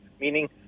meaning